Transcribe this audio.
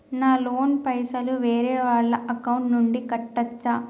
నా లోన్ పైసలు వేరే వాళ్ల అకౌంట్ నుండి కట్టచ్చా?